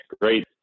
great